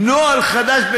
איזה